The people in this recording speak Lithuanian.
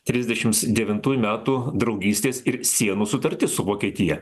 trisdešimt devintųjų metų draugystės ir sienų sutartį su vokietija